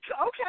okay